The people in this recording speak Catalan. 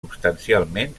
substancialment